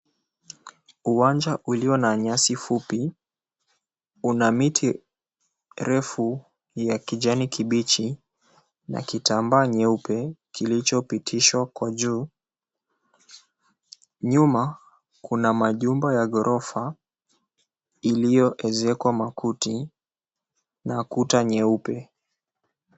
Uwanja ulio na nyasi fupi, una miti refu ya kijani kibichi na kitambaa nyeupe kilichopitishwa kwa juu. Nyuma kuna majumba ya gorofa iliyoezekwa makuti na kuta nyeupe.